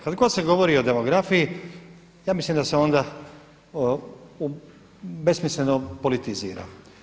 Kada god se govori o demografiji ja mislim da se onda besmisleno politizira.